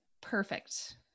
perfect